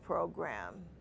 program